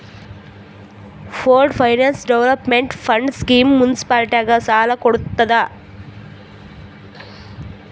pooled finance development fund scheme ಮುನ್ಸಿಪಾಲಿಟಿಗ ಸಾಲ ಕೊಡ್ತುದ್